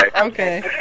Okay